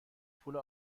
پول